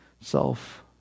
self